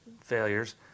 failures